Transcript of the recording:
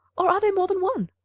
or are there more than one?